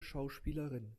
schauspielerin